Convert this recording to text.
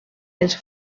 els